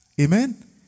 Amen